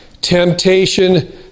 temptation